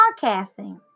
podcasting